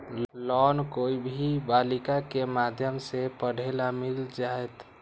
Loan कोई भी बालिका के माध्यम से पढे ला मिल जायत?